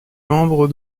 membre